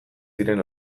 ziren